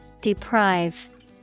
Deprive